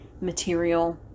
material